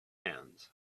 hands